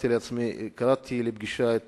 קראתי לפגישה את